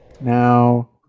Now